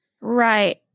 Right